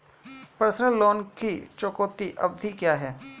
Personal loan की चुकौती अवधि क्या है?